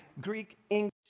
Greek-English